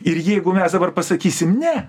ir jeigu mes dabar pasakysim ne